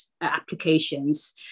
applications